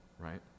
right